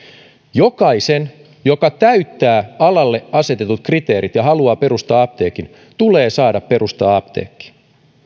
jokaisen joka täyttää alalle asetetut kriteerit ja haluaa perustaa apteekin tulee saada perustaa apteekki